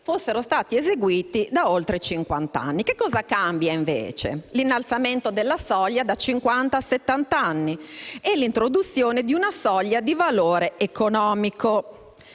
fossero stati eseguiti da oltre cinquant'anni. Cosa cambia, invece? L'innalzamento della soglia da cinquanta a settanta anni e l'introduzione di una soglia di valore economico.